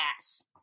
ass